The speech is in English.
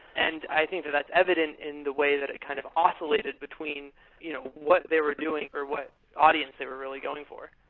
and i think that that's evident in the way that it kind of oscillated between you know what they were doing or what audience they were really going for